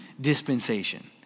dispensation